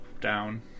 down